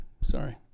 sorry